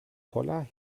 poller